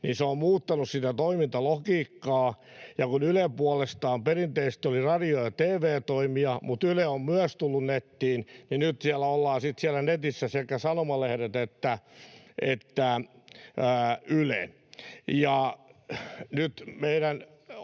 niin se on muuttanut sitä toimintalogiikkaa, ja kun Yle puolestaan perinteisesti oli radio‑ ja tv-toimija, mutta Yle on myös tullut nettiin, niin nyt ovat siellä netissä sitten sekä sanomalehdet että Yle.